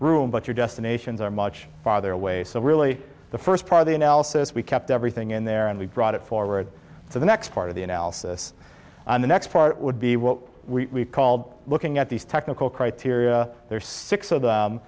room but your destinations are much farther away so really the first part of the analysis we kept everything in there and we brought it forward so the next part of the analysis on the next part would be what we call looking at these technical criteria there are six of them